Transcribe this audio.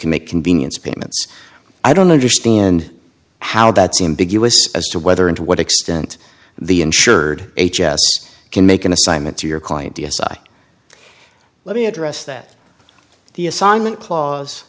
can make convenience payments i don't understand how that seem big as to whether and to what extent the insured h s can make an assignment to your client d s i let me address that the assignment cla